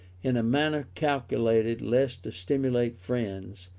in a manner calculated less to stimulate friends,